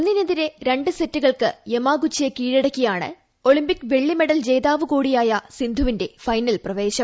ഒന്നിനെതിരെ രണ്ട് സെറ്റുകൾക്ക് കീഴടക്കിയാണ് ഒളിമ്പിക് വെള്ളി മെഡൽ ജേതാവു കൂടിയായ സിന്ധുവിന്റെ ഫൈനൽ പ്രവേശം